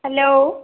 hello